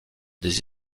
des